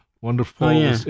wonderful